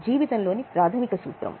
ఇది జీవితంలోని ప్రాథమిక సూత్రము